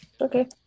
Okay